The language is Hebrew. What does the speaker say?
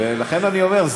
לכן אני אומר,